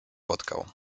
spotkał